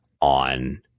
on